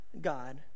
God